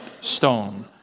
stone